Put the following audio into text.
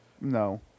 No